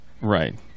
right